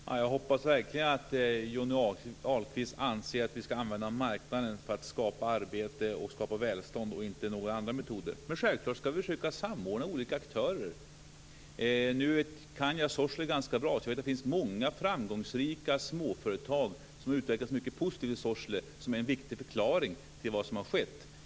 Fru talman! Jag hoppas verkligen att Johnny Ahlqvist anser att vi ska använda marknaden för att skapa arbete och välstånd, inte några andra metoder. Men självfallet ska vi försöka samordna olika aktörer. Jag känner till Sorsele ganska bra. Jag vet att det där finns många framgångsrika småföretag som utvecklas mycket positivt, och det är en viktig förklaring till det som har skett.